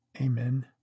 Amen